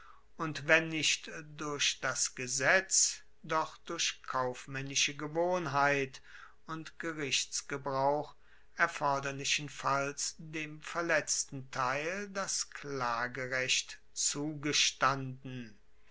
und wenn nicht durch das gesetz doch durch kaufmaennische gewohnheit und gerichtsgebrauch erforderlichenfalls dem verletzten teil das klagerecht zugestanden